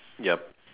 yup